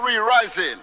rising